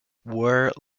were